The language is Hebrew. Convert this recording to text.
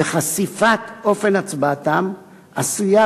וחשיפת אופן הצבעתם עשויה,